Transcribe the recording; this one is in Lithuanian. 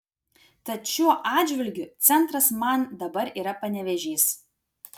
tad šiuo atžvilgiu centras man dabar yra panevėžys